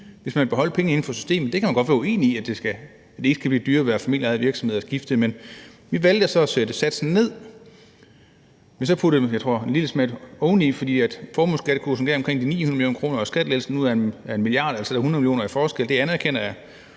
hvis man beholdt pengene inden for systemet. Man kan godt være uenig i, at det ikke skal være dyrere at være familieejet virksomhed og skifte, men vi valgte så at sætte satsen ned. Men så puttede vi en lille smule oveni, for formueskattekursen gav omkring 900 mio. kr., og skattelettelsen er nu 1 mia. kr. Der er altså 100 mio. kr. i forskel, det anerkender jeg.